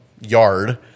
yard